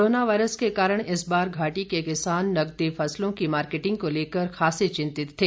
corona virus के कारण इस बार घाटी के किसान नगदी फसलों के मार्केटिंग को लेकर खासे चिंतित थे